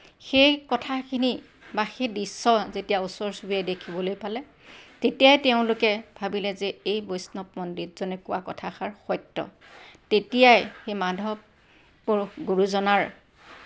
সেই কথাখিনি বা সেই দৃশ্য যেতিয়া ওচৰ চুবুৰীয়াই দেখিবলৈ পালে তেতিয়াই তেওঁলোকে ভাবিলে যে এই বৈষ্ণৱ পণ্ডিতজনে কোৱা কথাষাৰ সত্য তেতিয়াই সেই মাধৱ পুৰুষ গুৰুজনাৰ